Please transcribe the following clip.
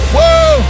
Whoa